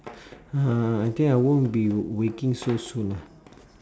uh I think I won't be waking so soon ah